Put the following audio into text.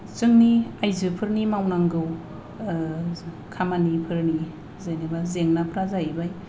जोंनि आइजोफोरनि मावनांगौ खामानिफोरनि जेनेबा जेंनाफ्रा जाहैबाय